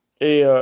Et